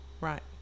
Right